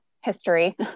history